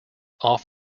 off